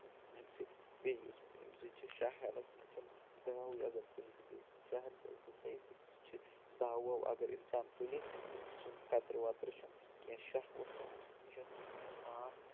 امہِ سۭتۍ بیٚیہِ یُس مےٚ امہِ سۭتۍ چھِ شاہ ہٮ۪نَس منٛز چھُنہٕ دَوٕے اگر سُہ تُلہِ شاہ ہٮ۪نٕچ ایکزَرسایِز چھِ سُہ چھِ دَو وَو اگر اِنسان تُلہِ تٔمِس چھُنہٕ خطرٕ وَطرٕ چھُنہٕ کینٛہہ شاہ واہ چھُنہٕ یہِ چھُنہٕ سانٛس